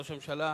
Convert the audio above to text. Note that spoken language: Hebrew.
ראש הממשלה,